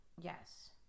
Yes